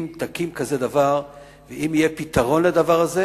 אם תקים כזה דבר ואם יהיה פתרון לדבר הזה,